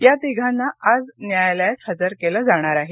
या तिघांना आज न्यायालयात हजर केलं जाणार आहे